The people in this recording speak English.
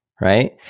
right